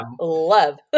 love